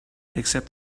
except